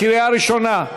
קריאה ראשונה.